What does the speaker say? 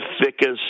thickest